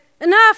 enough